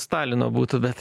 stalino būtumėt